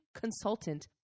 consultant